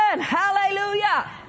Hallelujah